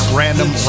random